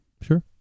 Sure